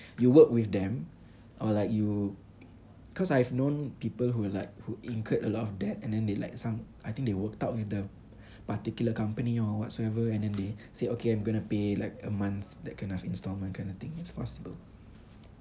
you work with them or like you cause I've known people who like who incurred a lot of debt and then they like some I think they worked out with the particular company or whatsoever and then they say okay I'm gonna pay like a month that kind of installment kind of thing it's possible